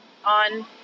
on